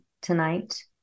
tonight